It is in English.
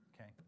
okay